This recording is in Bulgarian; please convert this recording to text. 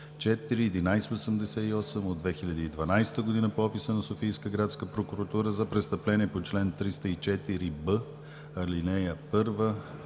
4-11-88 от 2012 г. по описа на Софийска градска прокуратура за престъпление по чл. 304б, ал. 1,